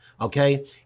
Okay